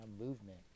movement